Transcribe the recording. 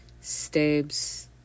stabs